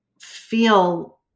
feel